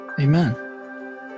Amen